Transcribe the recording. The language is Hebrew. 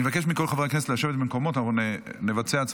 אני מבקש מכל חברי הכנסת לשבת במקומות.